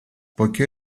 poiché